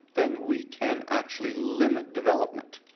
then we can actually limit development.